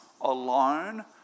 alone